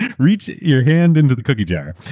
and reach your hand into the cookie jar.